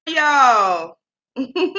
y'all